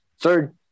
Third